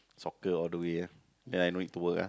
soccer all the way ah then I don't need to work ah